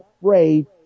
afraid